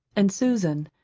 and susan,